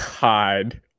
God